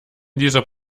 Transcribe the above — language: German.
dieser